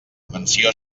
menció